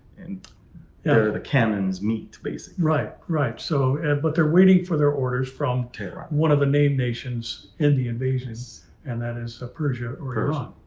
and they yeah are the cannons meat basically. right. right. so, and but they're waiting for their orders from tehran, one of the name nations in the invasions. and that is persia or iran.